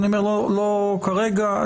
לא כרגע,